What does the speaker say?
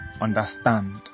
understand